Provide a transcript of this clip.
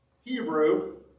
Hebrew